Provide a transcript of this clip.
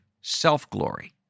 self-glory